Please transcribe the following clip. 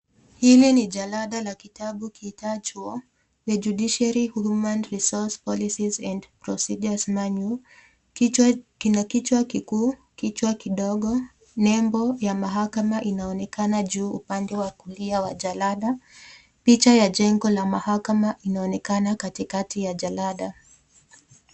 Hili ni jalada la kitabu kiitwachwo The Judiciary human resource policy and procedures manure . Kina kichwa kikuu, kichwa kidogo, nembo ya mahakama inaonekana juu upande wa kulia wa jalada. Picha ya jengo la mahakama inaonekana katikati ya jalada.